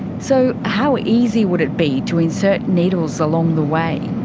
so how easy would it be to insert needles along the way?